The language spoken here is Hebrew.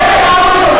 די.